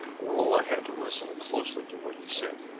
rolla had to listen closely to what he said.